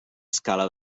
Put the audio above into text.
escala